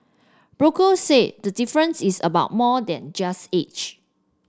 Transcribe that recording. brokers said the difference is about more than just age